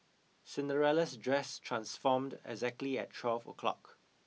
Cinderella's dress transformed exactly at twelve o'clock